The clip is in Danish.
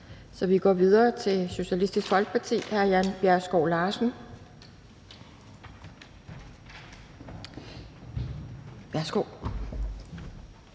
så vi går videre til Socialistisk Folkepartis ordfører, hr. Jan Bjergskov Larsen.